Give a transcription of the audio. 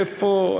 איפה,